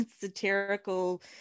satirical